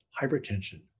hypertension